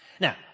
Now